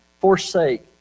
forsake